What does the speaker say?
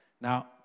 Now